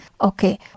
Okay